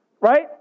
right